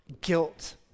guilt